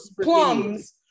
plums